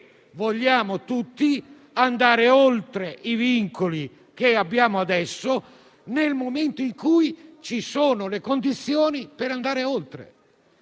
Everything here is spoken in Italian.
vogliamo andare oltre i vincoli che abbiamo adesso, nel momento in cui ci sono le condizioni per andare oltre.